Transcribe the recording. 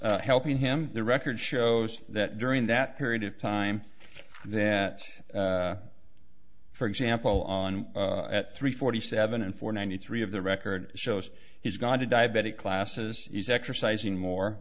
was helping him the record shows that during that period of time that for example on at three forty seven and for ninety three of the record shows he's got a diabetic classes he's exercising more